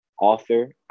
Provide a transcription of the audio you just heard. author